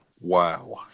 Wow